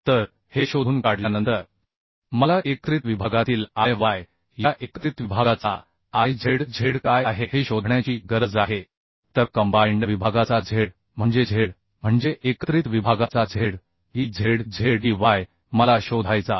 तर हे शोधून काढल्यानंतर मला एकत्रित विभागातील I y या एकत्रित विभागाचा I z z काय आहे हे शोधण्याची गरज आहे तर कंबाइंड विभागाचा z म्हणजे z म्हणजे एकत्रित विभागाचा z e z z e y मला शोधायचा आहे